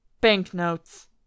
Banknotes